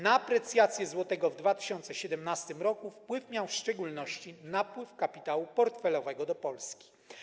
Na aprecjację złotego w 2017 r. wpływ miał w szczególności napływ kapitału portfelowego do Polski.